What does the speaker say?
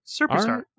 Superstar